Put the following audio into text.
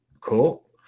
Cool